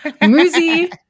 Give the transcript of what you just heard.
Muzi